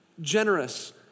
generous